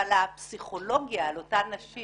אבל הפסיכולוגיה על אותן נשים